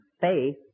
faith